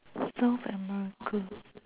South America